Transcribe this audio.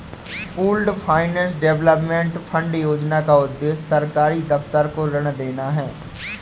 pooled finance development fund योजना का उद्देश्य सरकारी दफ्तर को ऋण देना है